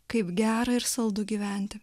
kaip gera ir saldu gyventi